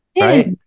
Right